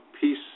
peace